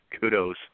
kudos